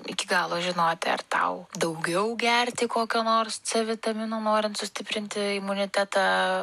iki galo žinoti ar tau daugiau gerti kokio nors c vitamino norint sustiprinti imunitetą